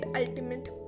ultimate